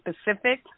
specific